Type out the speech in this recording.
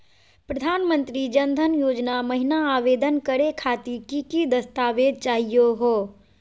प्रधानमंत्री जन धन योजना महिना आवेदन करे खातीर कि कि दस्तावेज चाहीयो हो?